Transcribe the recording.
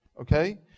okay